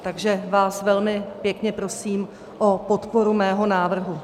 Takže vás velmi pěkně prosím o podporu mého návrhu.